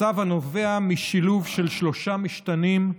מצב הנובע משילוב של שלושה משתנים: